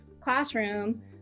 classroom